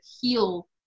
heal